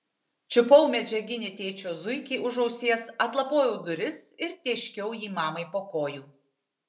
čiupau medžiaginį tėčio zuikį už ausies atlapojau duris ir tėškiau jį mamai po kojų